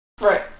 Right